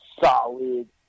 solid